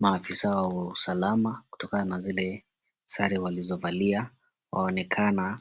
Maafisa wa usalama, kutokana na zile sare walizovalia, waonekana